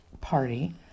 party